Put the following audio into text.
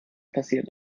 passiert